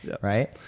right